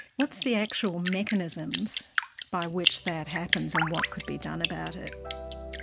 what's the actual mechanisms by which that happens, and what could be done about it?